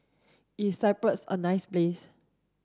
is Cyprus a nice place